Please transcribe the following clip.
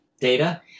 Data